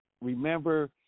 remember